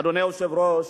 אדוני היושב-ראש,